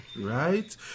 Right